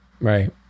Right